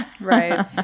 Right